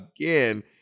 again